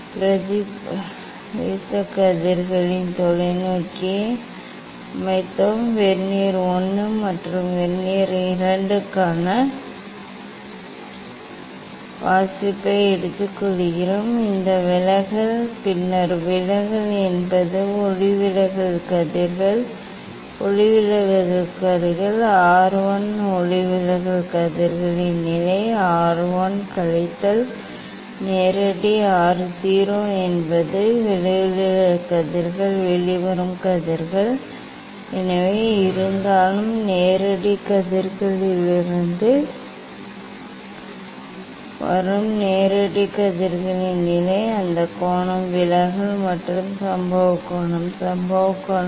பிரதிபலித்த கதிர்களில் தொலைநோக்கியை அமைத்தோம் வெர்னியர் I மற்றும் வெர்னியர் II க்கான வாசிப்பை எடுத்துக் கொள்கிறோம் இந்த விலகல் பின்னர் விலகல் என்பது ஒளிவிலகல் கதிர்கள் ஒளிவிலகல் கதிர்கள் 1 ஒளிவிலகல் கதிர்களின் நிலை 1 கழித்தல் நேரடி 0 என்பது ஒளிவிலகல் கதிர்கள் வெளிவரும் கதிர்கள் எதுவாக இருந்தாலும் நேரடி கதிர்களிடமிருந்து வரும் நேரடி கதிர்களின் நிலை அந்த கோணம் விலகல் மற்றும் சம்பவ கோணம் சம்பவம் கோணம்